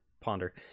ponder